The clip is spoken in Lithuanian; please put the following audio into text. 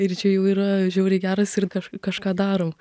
ir čia jau yra žiauriai geras ir kaž kažką darom